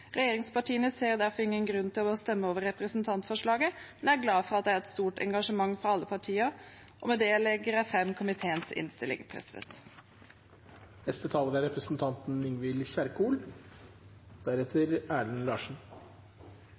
Regjeringspartiene ser derfor ingen grunn til å stemme over representantforslaget, men er glad for at det er et stort engasjement fra alle partier. Med det anbefaler jeg komiteens innstilling.